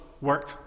work